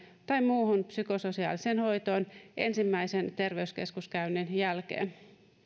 tai muuhun psykososiaaliseen hoitoon ensimmäisen terveyskeskuskäynnin jälkeen